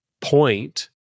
point